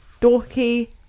dorky